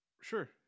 sure